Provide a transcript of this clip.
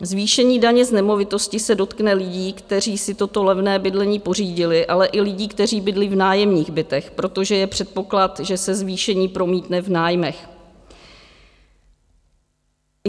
Zvýšení daně z nemovitosti se dotkne lidí, kteří si toto levné bydlení pořídili, ale i lidí, kteří bydlí v nájemních bytech, protože je předpoklad, že se zvýšení promítne v nájmech.